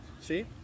See